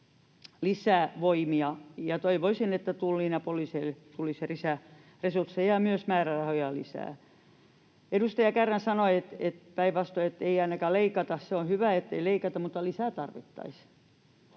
lisävoimia, ja toivoisin, että Tulliin ja poliiseille tulisi lisää resursseja ja myös määrärahoja lisää. Edustaja Kärnä sanoi, että päinvastoin, että ei ainakaan leikata. Se on hyvä, ettei leikata, mutta lisää tarvittaisiin.